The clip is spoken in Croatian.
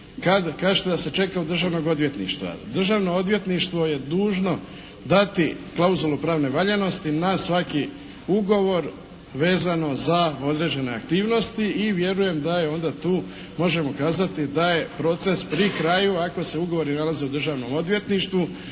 kažete da se čeka od Državnog odvjetništva. Državno odvjetništvo je dužno dati klauzulu pravne valjanosti na svaki ugovori vezano za određene aktivnosti i vjerujem da je onda tu, možemo kazati da je proces pri kraju ako se ugovori nalaze u Državnom odvjetništvu.